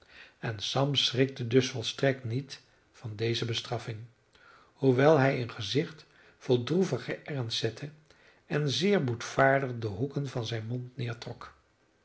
en sam schrikte dus volstrekt niet van deze bestraffing hoewel hij een gezicht vol droevigen ernst zette en zeer boetvaardig de hoeken van zijn mond